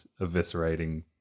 eviscerating